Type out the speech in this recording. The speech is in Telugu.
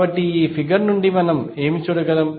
కాబట్టి ఈ ఫిగర్ నుండి మనం ఏమి చూడగలం